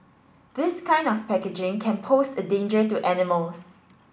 this kind of packaging can pose a danger to animals